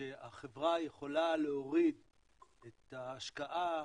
שהחברה יכולה להוריד את ההשקעה